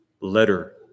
letter